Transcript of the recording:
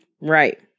Right